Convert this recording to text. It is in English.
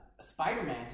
Spider-Man